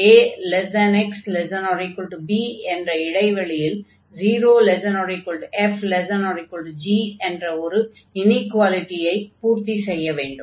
ax≤b என்ற இடைவெளியில் 0≤f≤g என்ற ஒரு இனீக்வாலிடியை பூர்த்தி செய்ய வேண்டும்